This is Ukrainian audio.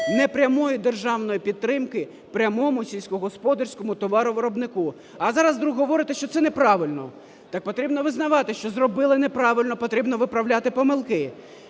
непрямої державної підтримки прямому сільськогосподарському товаровиробнику. А зараз вдруг говорите, що це неправильно. Так потрібно визнавати, що зробили неправильно, потрібно виправляти помилки.